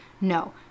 No